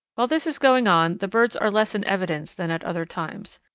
while this is going on the birds are less in evidence than at other times.